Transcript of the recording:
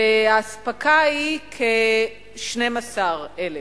והאספקה היא כ-12,000.